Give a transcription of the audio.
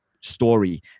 story